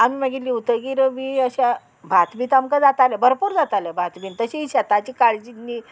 आमी मागीर लिवतगीर बी अशें भात बीत आमकां जातालें भरपूर जातालें भात बीन तशी शेताची काळजी न्ही